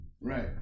right